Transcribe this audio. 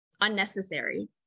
unnecessary